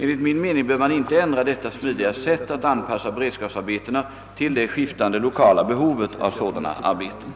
Enligt min mening bör man inte ändra detta smidiga sätt att anpassa beredskapsarbetena till det skiftande 1okala behovet av sådana arbeten.